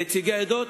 נציגי העדות,